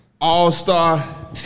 all-star